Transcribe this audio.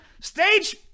Stage